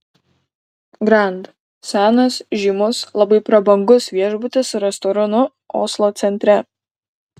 grand senas žymus labai prabangus viešbutis su restoranu oslo centre